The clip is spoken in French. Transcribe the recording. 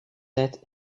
êtes